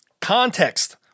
Context